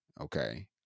Okay